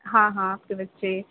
ہاں ہاں آپ کے بچے